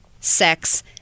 sex